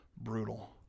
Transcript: brutal